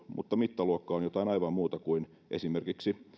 mutta mittaluokka on jotain aivan muuta kuin esimerkiksi